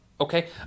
okay